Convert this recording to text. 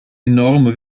enorme